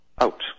out